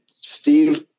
Steve